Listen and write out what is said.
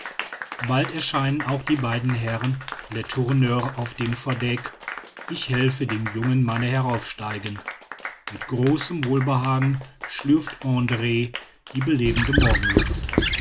bald erscheinen auch die beiden herren letourneur auf dem verdeck ich helfe dem jungen manne heraufsteigen mit großem wohlbehagen schlürft andr die belebende morgenluft